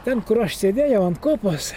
ten kur aš sėdėjau ant kopos